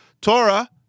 Torah